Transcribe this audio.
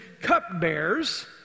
cupbearers